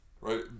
right